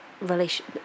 relation